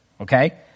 okay